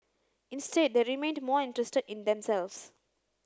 instead they remained more interested in themselves